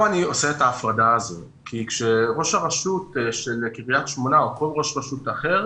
וברגע שאנחנו מתחילים לקבל את הדוחות של הרשויות המקומיות,